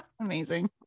amazing